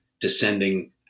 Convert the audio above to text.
descending